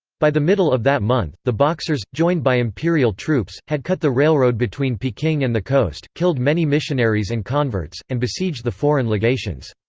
by the middle of that month, the boxers, joined by imperial troops, had cut the railroad between peking and the coast, killed many missionaries and converts, and besieged the foreign legations.